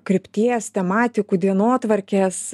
krypties tematikų dienotvarkės